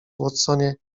watsonie